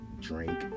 drink